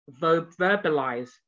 verbalize